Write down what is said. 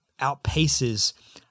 outpaces